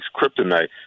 kryptonite